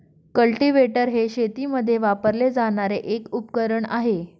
cultivator हे शेतीमध्ये वापरले जाणारे एक उपकरण आहे